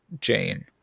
Jane